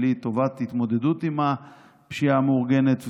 שהיא לטובת התמודדות עם הפשיעה המאורגנת,